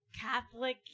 Catholic